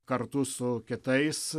kartu su kitais